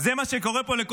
זה מה שקורה פה היום, חברים.